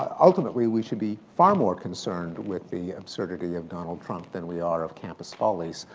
ultimately, we should be far more concerned with the absurdity of donald trump than we are of campus follies.